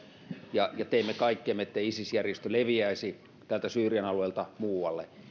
ja teemme kaikkemme ettei isis järjestö leviäisi syyrian alueelta muualle